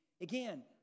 Again